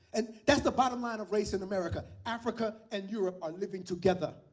and that's the bottom line of race in america africa and europe are living together,